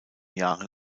jahren